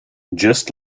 just